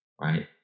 right